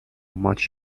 much